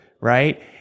right